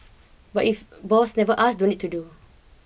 but if boss never asks don't need to do